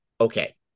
okay